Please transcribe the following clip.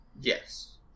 Yes